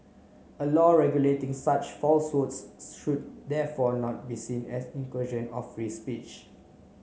a law regulating such falsehoods should therefore not be seen as incursion of free speech